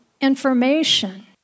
information